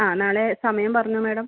ആ നാളെ സമയം പറഞ്ഞോളു മേഡം